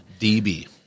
DB